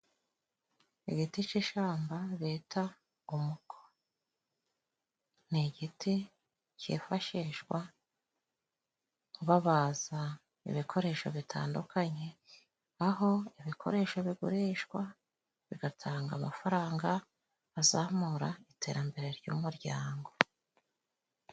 Igiti cyishamba bita umuko ni igiti cyifashishwa babaza ibikoresho bitandukanye, aho ibikoresho bigurishwa, bigatanga amafaranga azamura iterambere ry' umuryango.